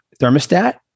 thermostat